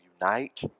unite